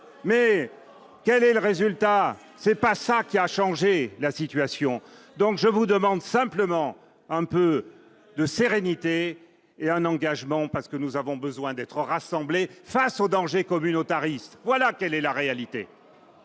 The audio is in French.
Mais quel est le résultat ? Ce n'est pas cela qui a changé la situation. Je vous demande donc simplement un peu de sérénité et d'engagement, parce que nous avons besoin d'être rassemblés face au danger communautariste. Voilà quelle est la réalité